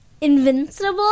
invincible